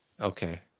Okay